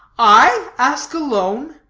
i ask a loan?